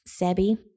Sebi